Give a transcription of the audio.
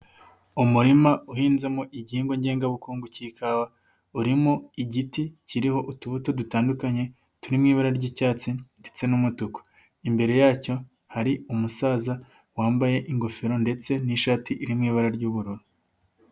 Umurima uhinzemo igihingwa ngengabukungu k'ikawa, urimo igiti kiriho utubuto dutandukanye turi mu ibara ry'icyatsi, ndetse n'umutuku. Imbere yacyo hari umusaza wambaye ingofero ndetse n'ishati iri mu ibara ry'ubururu.